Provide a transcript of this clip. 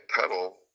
pedal